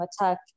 attack